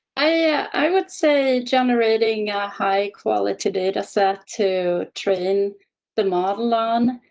i would say generating a high quality data set to train the model on.